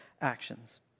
actions